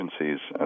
agencies